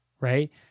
right